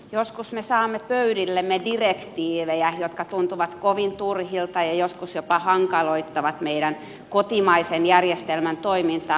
joskus me saamme pöydillemme direktiivejä jotka tuntuvat kovin turhilta ja joskus jopa hankaloittavat meidän kotimaisen järjestelmän toimintaa